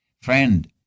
Friend